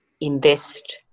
invest